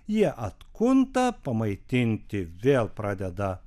jie atkunta pamaitinti vėl pradeda